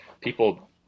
people